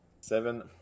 seven